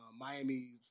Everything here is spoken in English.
Miami